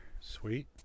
Sweet